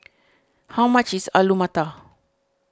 how much is Alu Matar